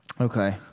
Okay